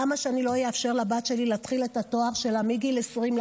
למה שאני לא אאפשר לבת שלי להתחיל את התואר שלה מגיל 20?